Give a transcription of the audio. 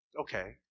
Okay